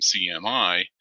CMI